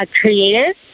creative